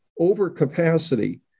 overcapacity